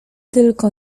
tylko